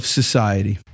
society